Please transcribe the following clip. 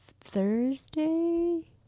Thursday